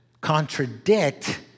contradict